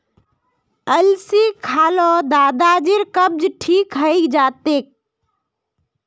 अलसी खा ल दादाजीर कब्ज ठीक हइ जा तेक